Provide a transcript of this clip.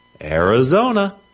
Arizona